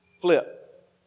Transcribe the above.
flip